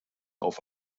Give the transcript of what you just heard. auf